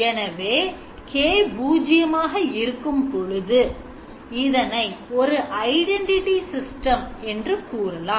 எனவே கே 0 இருக்கும்போது இதனை ஒரு ஐடென்டிட்டி சிஸ்டம் என கூறலாம்